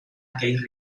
aquell